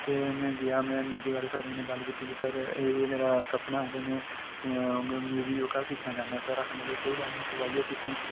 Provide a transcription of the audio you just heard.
ते में गेआ ते म्युजिक आह्ले सर कन्नै गल्ल कीती की सर मेरा एह् एह् सपना ऐ ते में म्युजिक जेह्का सिक्खना चाह्न्ना ते सर आक्खन लग्गे की कोई गल्ल निं तू आई जा सिक्खने गी